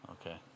Okay